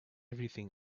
everything